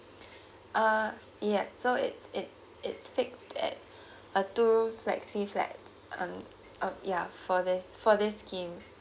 uh yes so it it it's fixed at a two room flexi flat um um ya for this for this scheme